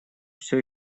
все